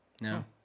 No